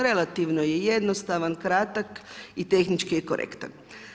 Relativno je jednostavan, kratak i tehnički je korektan.